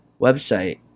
website